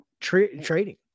Trading